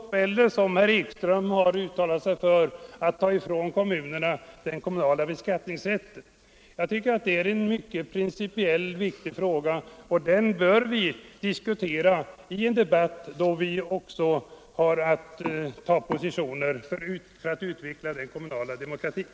Jag kan nämna att herr Ekström i det sammanhanget har uttalat sig för att man skulle ta ifrån kommunerna den kommunala beskattningsrätten. Jag tycker det är en principiellt mycket viktig fråga som bör diskuteras i en debatt där vi också har att inta positioner för utvecklandet av den kommunala demokratin.